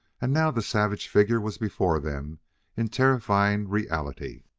and now the savage figure was before them in terrifying reality.